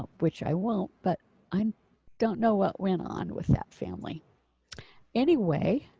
which i won't. but i don't know what went on with that family anyway.